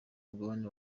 mugabane